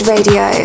Radio